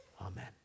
Amen